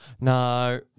No